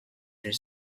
their